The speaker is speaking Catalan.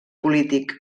polític